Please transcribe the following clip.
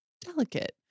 delicate